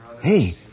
Hey